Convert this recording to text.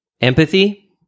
empathy